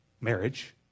Marriage